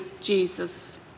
Jesus